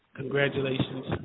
Congratulations